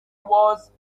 was